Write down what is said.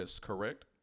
correct